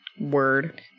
Word